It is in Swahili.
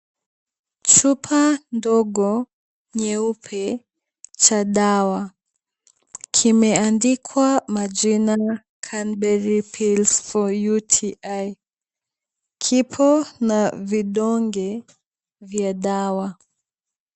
Chupa ndogo nyeupe cha dawa kimeandikwa majina Cranberry Pills for UTI . Kipo na vidonge vya dawa.